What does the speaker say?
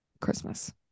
christmas